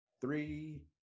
three